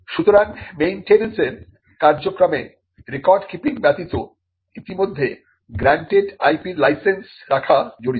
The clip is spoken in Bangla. সুতরাং মেইনটেনেন্সের কার্যক্রমে রেকর্ড কিপিং ব্যতীত ইতিমধ্যে গ্র্যান্টেড IP র লাইসেন্স রাখা জড়িত